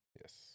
yes